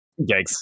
yikes